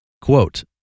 Quote